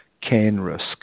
CAN-RISK